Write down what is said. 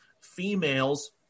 females